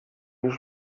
już